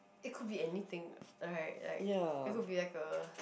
it could be anything right like it would be like a